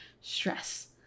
stress